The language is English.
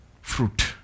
fruit